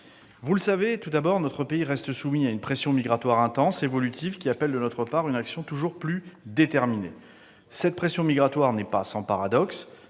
Vous le savez, notre pays reste soumis à une pression migratoire intense, évolutive, qui appelle de notre part une action toujours plus déterminée. Cette pression migratoire n'est pas sans paradoxes.